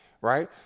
right